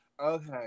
okay